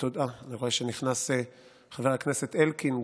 אני רואה שנכנס חבר הכנסת אלקין.